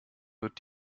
wird